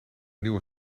nieuwe